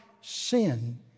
sin